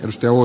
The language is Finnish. osteo